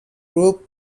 group